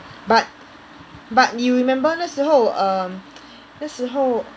but but 你有 remember 那时候 um 那时候